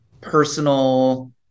personal